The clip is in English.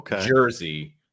jersey